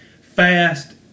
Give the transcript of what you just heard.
fast